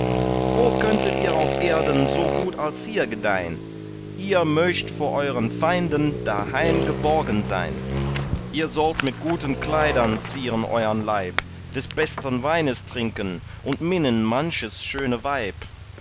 wo könntet ihr auf erden so gut als hier gedeihn ihr mögt vor euern feinden daheim geborgen sein ihr sollt mit guten kleidern zieren euern leib des besten weines trinken und minnen manches schöne weib